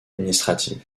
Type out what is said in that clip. administrative